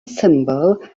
symbol